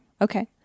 Okay